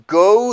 go